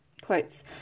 quotes